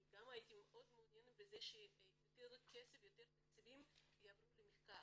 גם אני הייתי מעוניינת שיותר תקציבים יעברו למחקר.